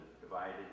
divided